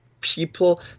people